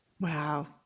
Wow